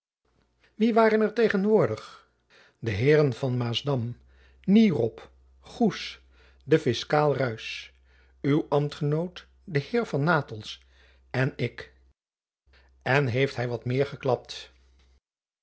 wie waren er tegenwoordig de heeren van maasdam nierop goes de fiskaal ruysch uw ambtgenoot de heer van natels en ik en heeft hy wat meer geklapt